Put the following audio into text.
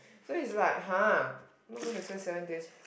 so is like !huh! not gonna spend seven days